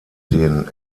den